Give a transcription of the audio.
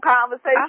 conversation